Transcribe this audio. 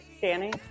Danny